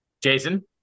Jason